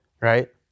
Right